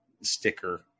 sticker